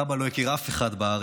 סבא לא הכיר אף אחד בארץ.